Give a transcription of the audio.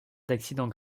d’accidents